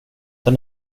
tar